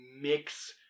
mix